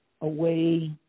away